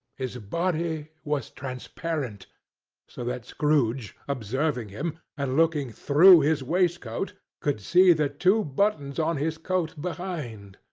his body was transparent so that scrooge, observing him, and looking through his waistcoat, could see the two buttons on his coat behind.